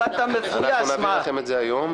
אנחנו נעביר לכם את זה היום.